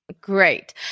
Great